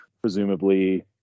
Presumably